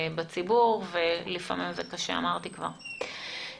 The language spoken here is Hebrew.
הדבר יובא בפני הממשלה.